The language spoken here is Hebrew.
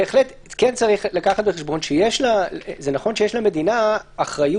בהחלט כן צריך לקחת בחשבון שזה נכון שיש למדינה אחריות